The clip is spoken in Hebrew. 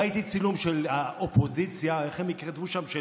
ראיתי צילום של האופוזיציה, איך הם כתבו שם?